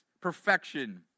perfection